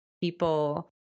people